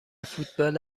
فوتبال